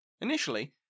Initially